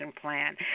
plan